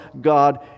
God